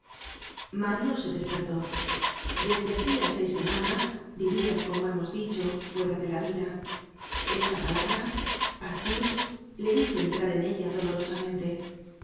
mario se despertó desde hacia seis semanas vivia como hemos dicho fuera de la vida esta palabra partir le hizo entrar en ella doloromente